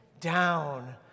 down